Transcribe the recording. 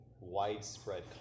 widespread